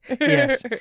yes